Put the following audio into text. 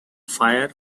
fire